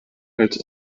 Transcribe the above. als